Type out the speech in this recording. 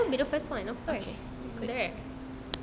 I I want to be the first of course